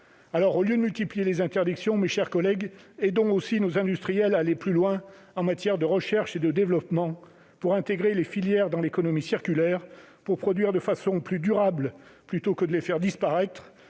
Au lieu de multiplier les interdictions, mes chers collègues, aidons nos industriels à aller plus loin en matière de recherche et de développement pour intégrer les filières dans l'économie circulaire pour produire de façon plus durable, plutôt que de les faire disparaître,